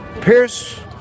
Pierce